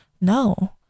no